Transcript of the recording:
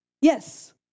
Yes